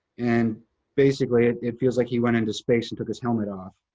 and basically, it it feels like he went into space and took his helmet off.